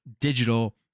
digital